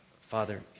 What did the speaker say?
Father